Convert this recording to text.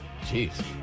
Jeez